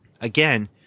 again